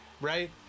Right